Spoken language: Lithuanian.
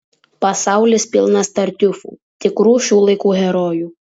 pasaulis pilnas tartiufų tikrų šių laikų herojų